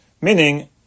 meaning